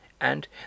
and